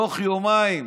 בתוך יומיים,